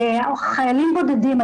חיילים בודדים,